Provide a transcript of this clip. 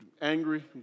angry